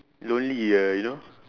lonely ah you know